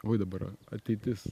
oi dabar ateitis